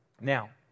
now